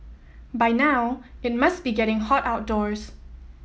by now it must be getting hot outdoors